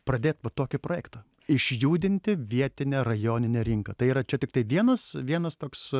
pradėt va tokį projektą išjudinti vietinę rajoninę rinką tai yra čia tiktai vienas vienas toks